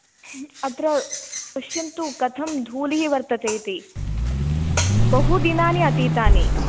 ह अत्र किन्तु कथं धूलिः वर्तते इति बहु दिनानि अतीतानि